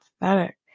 pathetic